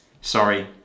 sorry